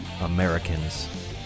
Americans